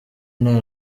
nta